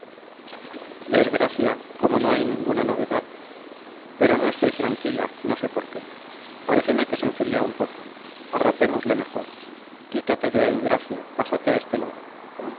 gracia cómo no hay ninguna novedad pero no estoy tranquila no sé por qué paréceme que se enfría un poco arropémosle mejor quítate de ahí gracia pásate a este lado